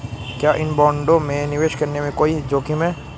क्या इन बॉन्डों में निवेश करने में कोई जोखिम है?